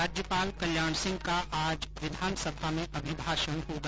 राज्यपाल कल्याण सिंह का आज विधानसभा में अभिभाषण होगा